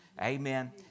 Amen